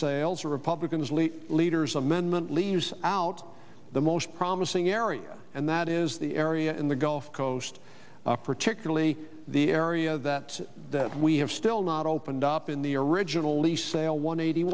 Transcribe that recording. sales or republicans lee leaders amendment leaves out the most promising area and that is the area in the gulf coast particularly the area that we have still not opened up in the original lease sale one eighty